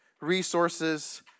resources